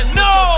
no